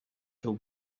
till